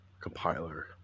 compiler